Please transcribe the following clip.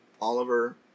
Oliver